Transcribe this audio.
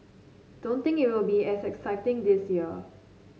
don't think it will be as exciting this year